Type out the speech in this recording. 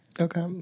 Okay